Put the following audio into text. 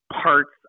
parts